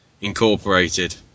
incorporated